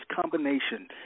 combination